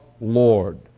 Lord